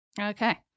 Okay